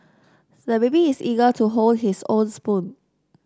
the baby is eager to hold his own spoon